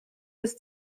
was